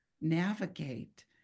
navigate